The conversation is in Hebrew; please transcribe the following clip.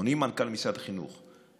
אדוני מנכ"ל משרד החינוך,